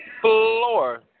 floor